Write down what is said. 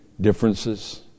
differences